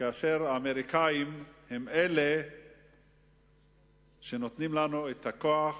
כאשר האמריקנים הם אלה שנותנים לנו את הכוח,